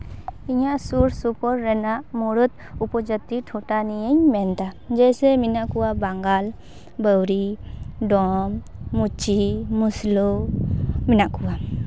ᱤᱧᱟᱹᱜ ᱥᱩᱨ ᱥᱩᱯᱩᱨ ᱨᱮᱱᱟᱜ ᱢᱩᱲᱩᱫ ᱩᱯᱚᱡᱟᱹᱛᱤ ᱴᱚᱴᱷᱟ ᱱᱤᱭᱟᱹᱧ ᱢᱮᱱᱫᱟ ᱡᱮᱭᱥᱮ ᱢᱮᱱᱟᱜ ᱠᱚᱣᱟ ᱵᱟᱝᱜᱟᱞ ᱵᱟᱹᱣᱨᱤ ᱰᱚᱢ ᱢᱩᱪᱤ ᱢᱩᱥᱞᱟᱹ ᱢᱮᱱᱟᱜ ᱠᱚᱣᱟ